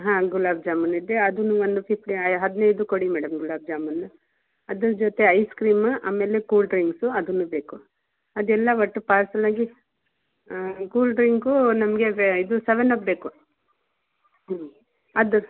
ಹಾಂ ಗುಲಾಬ್ ಜಾಮೂನ್ ಇದೆ ಅದನ್ನು ಒಂದು ಫಿಫ್ ಹದಿನೈದು ಕೊಡಿ ಮೇಡಮ್ ಗುಲಾಬ್ ಜಾಮೂನ್ ಅದ್ರ ಜೊತೆ ಐಸ್ ಕ್ರೀಮ್ ಆಮೇಲೆ ಕೂಲ್ ಡ್ರಿಂಕ್ಸು ಅದನ್ನು ಬೇಕು ಅದೆಲ್ಲ ಒಟ್ಟು ಪಾರ್ಸಲ್ ಆಗಿ ಕೂಲ್ ಡ್ರಿಂಕು ನಮಗೆ ವೇ ಇದು ಸೆವೆನ್ ಅಪ್ ಬೇಕು ಹ್ಞೂ ಅದು